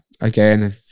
again